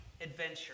adventure